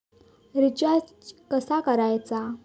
Recharge कसा करायचा?